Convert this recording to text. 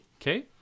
Okay